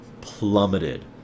plummeted